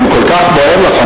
אם כל כך בוער לך,